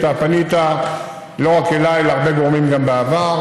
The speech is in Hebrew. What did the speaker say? אתה פנית לא רק אליי אלא להרבה גורמים גם בעבר.